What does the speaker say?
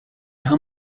how